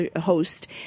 host